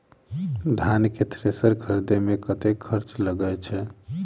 धान केँ थ्रेसर खरीदे मे कतेक खर्च लगय छैय?